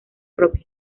propia